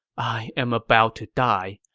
i am about to die,